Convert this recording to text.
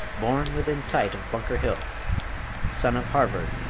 born within sight of bunker hill son of harvard,